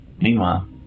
Meanwhile